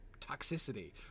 toxicity